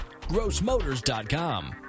grossmotors.com